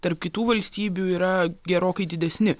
tarp kitų valstybių yra gerokai didesni